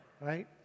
right